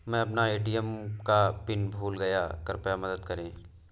मै अपना ए.टी.एम का पिन भूल गया कृपया मदद करें